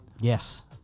Yes